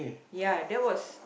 ya that was